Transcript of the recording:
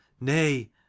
Nay